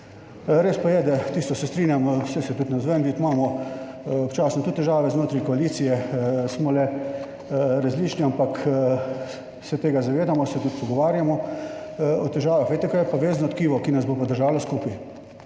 Res pa je, da tisto se strinjamo, saj se tudi navzven vidi, imamo občasno tudi težave znotraj koalicije. Smo le različni, ampak se tega zavedamo, se tudi pogovarjamo o težavah. Veste, kaj je pa vezno tkivo, ki nas bo pa držalo skupaj?